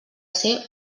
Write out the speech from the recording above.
ser